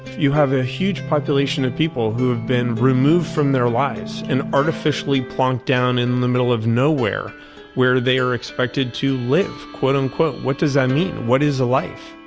you have a huge population of people who have been removed from their lives and artificially plunked down in the middle of nowhere where they are expected to live. what um what does that mean? what is a life?